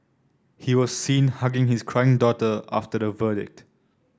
he was seen hugging his crying daughter after the verdict